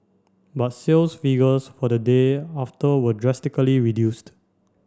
but sales figures for the day after were drastically reduced